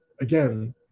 again